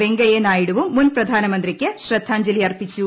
വെങ്കയ്യ നായിഡുവും മുൻ പ്രധാനമന്ത്രിയ്ക്ക് ശ്രദ്ധാഞ്ജലി അർപ്പിച്ചു